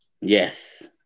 Yes